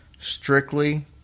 strictly